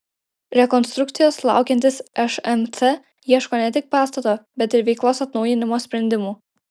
rekonstrukcijos laukiantis šmc ieško ne tik pastato bet ir veiklos atnaujinimo sprendimų